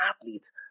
athletes